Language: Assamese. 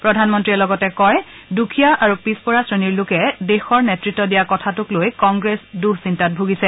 প্ৰধানমন্ত্ৰীয়ে লগতে কয় যে দুখীয়া আৰু পিছপৰা শ্ৰেণীৰ লোকে দেশৰ নেতৃত্ব দিয়া কথাটোক লৈ কংগ্ৰেছ দুঃচিন্তাত ভূগিছে